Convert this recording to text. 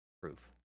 proof